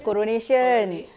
coronation